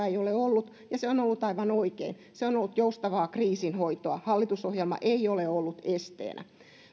ei ole ollut ja se on ollut aivan oikein se on ollut joustavaa kriisinhoitoa hallitusohjelma ei ole ollut esteenä